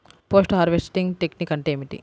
Post harvesting technique అంటే ఏమిటీ?